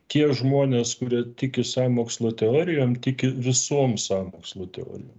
tie žmonės kurie tiki sąmokslo teorijom tiki visom sąmokslo teorijom